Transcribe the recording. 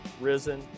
risen